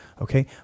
okay